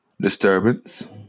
disturbance